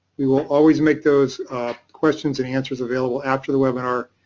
we will always make those questions and answers available after the webinar.